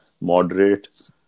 moderate